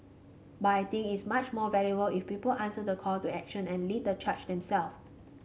but I think it's much more valuable if people answer the call to action and lead the charge themself